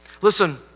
Listen